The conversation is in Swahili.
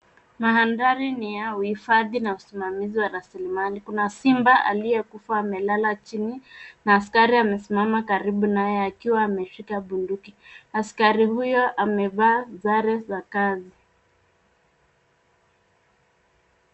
Mandhari ni ya uhifadhi na usimamizi wa rasilimali. Kuna simba aliyekufa amelala chini na askari amesimama karibu naye akiwa ameshika bunduki. Askari huyo amevaa sare za kazi.